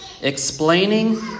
explaining